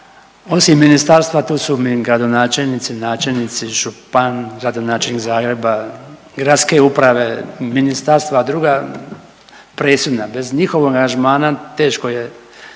osim ministarstva tu su mi gradonačelnici, načelnici, župan, gradonačelnik Zagreba, gradske uprave, ministarstva druga presudna. Bez njihovog angažmana teško je,